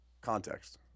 context